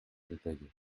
détaillée